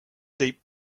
deep